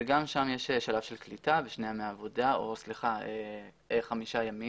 וגם שם יש שלב של קליטה וחמישה ימים,